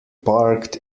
parked